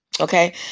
okay